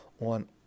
on